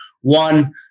One